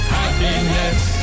happiness